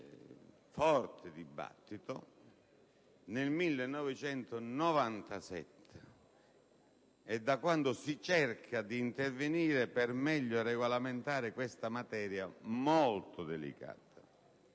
Paese è iniziato nel 1997, da quando si cerca di intervenire per meglio regolamentare questa materia molto delicata.